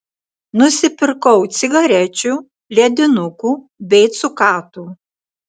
nusipirkau cigarečių ledinukų bei cukatų